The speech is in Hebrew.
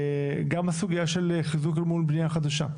גם הסוגיה של חיזוק אל מול בנייה חדשה.